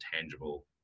tangible